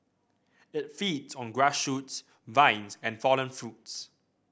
it feeds on grass shoots vines and fallen fruits